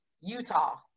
Utah